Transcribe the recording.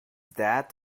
that